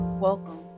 welcome